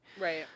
Right